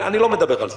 אני לא מדבר על זה.